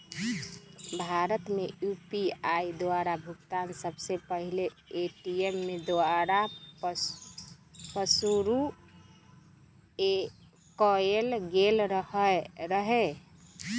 भारत में यू.पी.आई द्वारा भुगतान सबसे पहिल पेटीएमें द्वारा पशुरु कएल गेल रहै